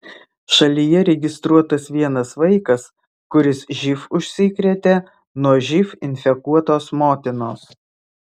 šalyje registruotas vienas vaikas kuris živ užsikrėtė nuo živ infekuotos motinos